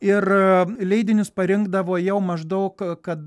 ir leidinius parinkdavo jau maždaug kad